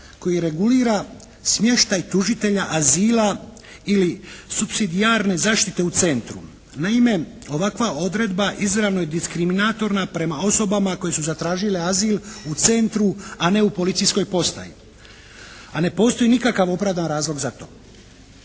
koji regulira smještaj tužitelja azila ili supsidijarne zaštite u centru. Naime ovakva odredba izravno je diskriminatorna prema osobama koje su zatražile azil u centru, a ne u policijskoj postaji, a ne postoji nikakav opravdan razlog za to.